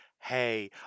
hey